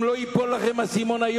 אם האסימון לא ייפול לכם היום,